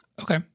Okay